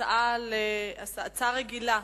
הצעה רגילה